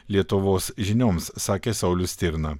lietuvos žinioms sakė saulius stirna